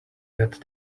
had